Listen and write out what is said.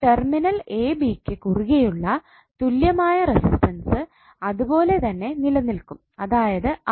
terminal ab ക്ക് കുറുകെയുള്ള തുല്യമായ റെസിസ്റ്റൻസ് അതുപോലെ തന്നെ നിലനിൽക്കും അതായത് R